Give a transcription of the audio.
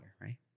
right